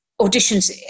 auditions